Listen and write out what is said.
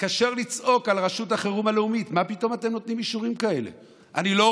התקשר לצעוק על רשות החירום הלאומית: מה פתאום אתם נותנים אישורים כאלה?